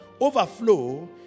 Overflow